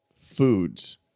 Foods